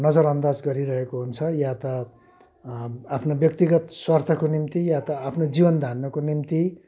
नजरअन्दाज गरिरहेको हुन्छ या त आफ्नो व्यक्तिगत स्वार्थको निम्ति या त आफ्नो जीवन धान्नको निम्ति